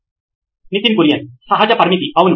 Nitin Kurian COO నోయిన్ electronics సహజ పరిమితి అవును